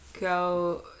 go